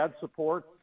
support